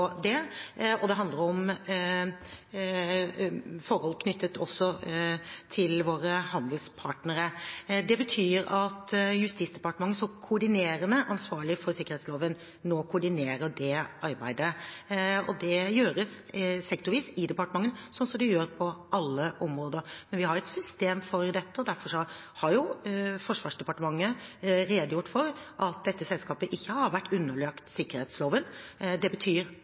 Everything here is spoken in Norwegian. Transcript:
og det handler også om forhold knyttet til våre handelspartnere. Det betyr at Justisdepartementet som koordinerende ansvarlig for sikkerhetsloven, nå koordinerer det arbeidet. Det gjøres sektorvis i departementene, slik det gjøres på alle områder. Men vi har et system for dette, og derfor har Forsvarsdepartementet redegjort for at dette selskapet ikke har vært underlagt sikkerhetsloven. Det betyr